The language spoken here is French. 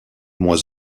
moins